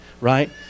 right